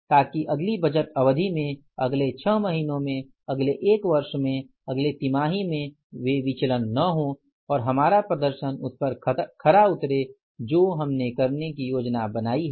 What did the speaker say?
ताकि अगली बजट अवधि में अगले 6 महीनों में अगले एक वर्ष में अगले तिमाही में वे विचलन न हों और हमारा प्रदर्शन उस पर खरा उतरे जो हम करने की योजना बनाते हैं